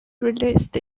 released